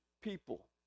people